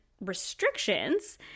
restrictions